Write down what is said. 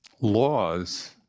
laws